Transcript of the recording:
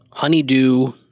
Honeydew